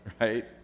right